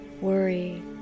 worry